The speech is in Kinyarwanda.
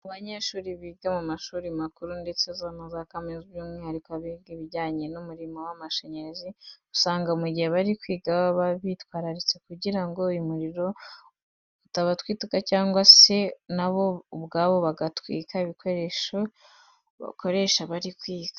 Abanyeshuri biga mu mashuri makuru ndetse na za kaminuza by'umwihariko abiga ibijyanye n'umuriro w'amashanyarazi, usanga mu gihe bari kwiga baba bitwararitse kugira ngo uyu muriro utabatwika cyangwa se na bo ubwabo bagatwika ibikoresho bakoresha bari kwiga.